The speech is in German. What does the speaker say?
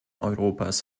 europas